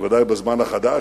בוודאי בזמן החדש,